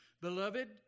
Beloved